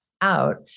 out